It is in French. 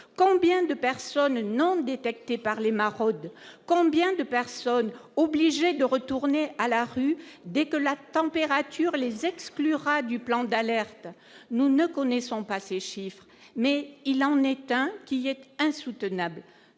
combien de personnes non détecté par les maraudes, combien de personnes obligées de retourner à la rue, dès que la température les exclura du plan d'alerte, nous ne connaissons pas ces chiffres mais il en est un qui est insoutenable